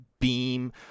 beam